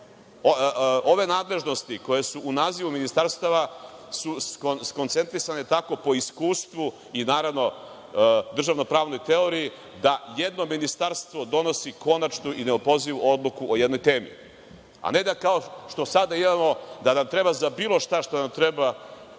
nadležnosti koje su u nazivu ministarstava su skoncentrisane tako po iskustvu i, naravno, državno-pravnoj teoriji, da jedno ministarstvo donosi konačnu i neopozivu odluku o jednoj temi, a ne da kao što sada imamo, da nam treba za bilo šta što nam treba